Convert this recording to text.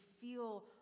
feel